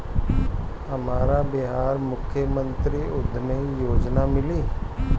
हमरा बिहार मुख्यमंत्री उद्यमी योजना मिली?